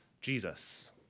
Jesus